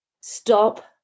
stop